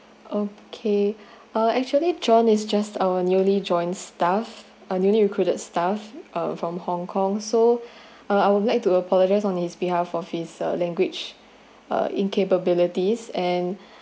okay uh actually john is just our newly joined staff uh newly recruited staff uh from hong kong so uh I would like to apologize on his behalf of his uh language uh incapabilities and